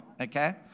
okay